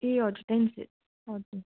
ए हजुर त्यहाँदेखि हजुर